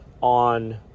on